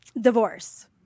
divorce